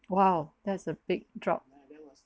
!wow! that's a big drop